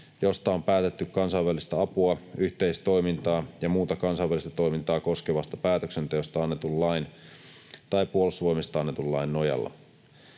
josta on päätetty kansainvälistä apua, yhteistoimintaa ja muuta kansainvälistä toimintaa koskevasta päätöksenteosta annetun lain tai puolustusvoimista annetun lain nojalla.